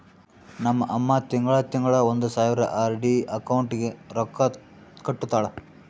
ನಮ್ ಅಮ್ಮಾ ತಿಂಗಳಾ ತಿಂಗಳಾ ಒಂದ್ ಸಾವಿರ ಆರ್.ಡಿ ಅಕೌಂಟ್ಗ್ ರೊಕ್ಕಾ ಕಟ್ಟತಾಳ